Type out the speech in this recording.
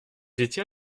étiez